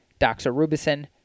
doxorubicin